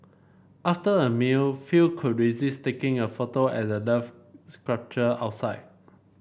after a meal few could resist taking a photo at the Love sculpture outside